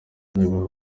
nyabihu